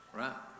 right